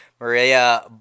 Maria